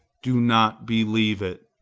do not believe it.